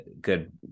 Good